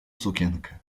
sukienkę